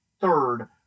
third